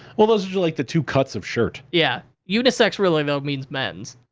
well, those are just, like, the two cuts of shirt. yeah. unisex, really though, means men's.